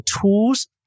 tools